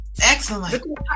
excellent